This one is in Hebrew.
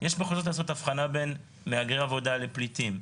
בין מהגרי עבודה לפליטים,